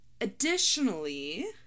Additionally